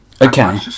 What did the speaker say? okay